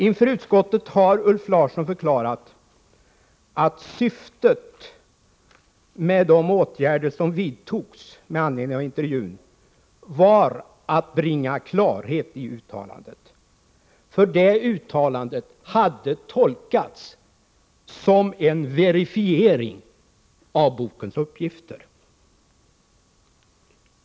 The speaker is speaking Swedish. Inför utskottet har Ulf Larsson förklarat att syftet med de åtgärder som vidtogs med anledning av intervjun var att bringa klarhet i uttalandet, eftersom detta uttalande hade tolkats som en verifiering av bokens uppgifter.